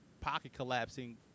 pocket-collapsing